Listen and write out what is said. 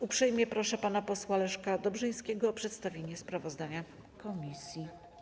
Uprzejmie proszę pana posła Leszka Dobrzyńskiego o przedstawienie sprawozdania komisji.